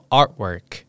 artwork